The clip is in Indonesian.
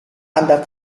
anda